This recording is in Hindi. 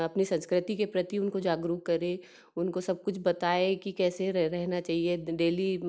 अपनी संस्कृति के प्रति उनको जागरूक करें उनको सब कुछ बताएँ कि कैसे रहना चाहिए डेली